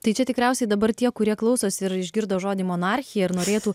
tai čia tikriausiai dabar tie kurie klausosi ir išgirdo žodį monarchija ir norėtų